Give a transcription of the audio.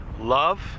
Love